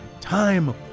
time